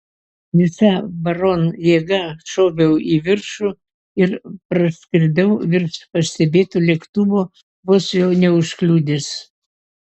visa baron jėga šoviau į viršų ir praskridau virš pastebėto lėktuvo vos jo neužkliudęs